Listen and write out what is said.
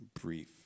brief